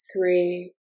three